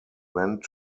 went